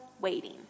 waiting